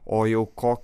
o jau ko